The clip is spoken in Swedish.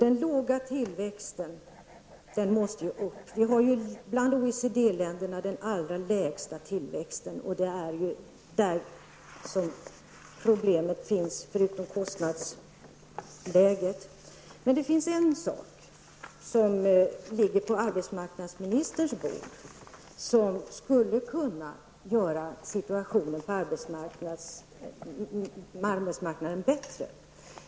Vi har den bland OECD länderna allra lägsta tillväxten, och det är ju den och kostnadsläget som är problemen. Men det finns en sak som hör till arbetsmarknadsministerns bord och som skulle kunna göra situationen bättre på arbetsmarknaden.